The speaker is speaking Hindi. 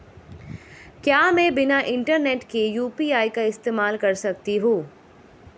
क्या मैं बिना इंटरनेट के यू.पी.आई का इस्तेमाल कर सकता हूं?